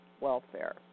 welfare